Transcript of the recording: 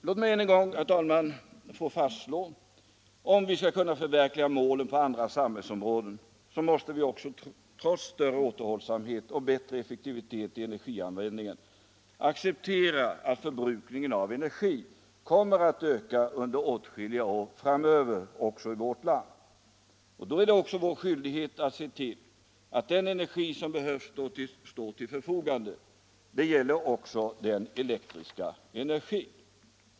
Låt mig än en gång, herr talman, få fastslå att om vi skall kunna förverkliga målet på andra samhällsområden så måste vi också, trots större återhållsamhet och bättre effektivitet i energianvändningen, acceptera att förbrukningen av energi kommer att öka under åtskilliga år framöver även i vårt land. Då är det också vår skyldighet att se till att den energi som behövs står till förfogande. Det gäller också den elektriska energin.